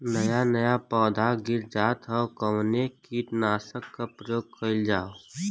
नया नया पौधा गिर जात हव कवने कीट नाशक क प्रयोग कइल जाव?